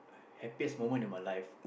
happiest moment in my life